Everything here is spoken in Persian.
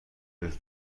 روز